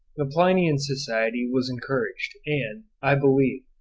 the plinian society was encouraged and, i believe,